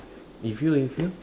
if you if you